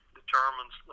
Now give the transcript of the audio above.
determines